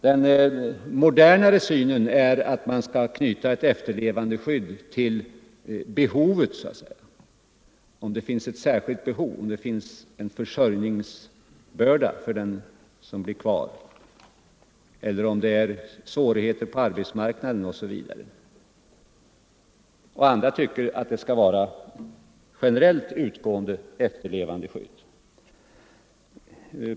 Den moderna synen är att man skall knyta ett efterlevandeskydd till behovet, till om den efterlevande har en försörjningsbörda, har svårigheter på arbetsmarknaden osv. Andra tycker att man skall ha ett generellt utgående efterlevandeskydd.